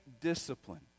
discipline